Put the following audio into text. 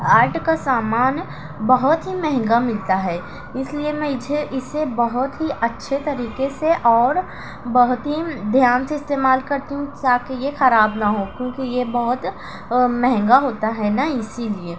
art کا سامان بہت ہی مہنگا ملتا ہے اس لیے میں اسے اسے بہت ہی اچّھے طریقے سے اور بہت بہت ہی دھیان سے استعمال کرتی ہوں تا کہ یہ خراب نہ ہوں کیونکہ یہ بہت مہنگا ہوتا ہے نا اسی لیے